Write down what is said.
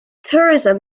tourism